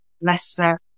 Leicester